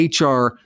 HR